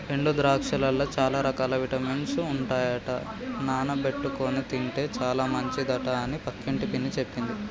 ఎండు ద్రాక్షలల్ల చాల రకాల విటమిన్స్ ఉంటాయట నానబెట్టుకొని తింటే చాల మంచిదట అని పక్కింటి పిన్ని చెప్పింది